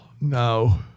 no